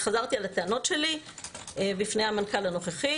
חזרתי על הטענות שלי בפני המנכ"ל הנוכחי.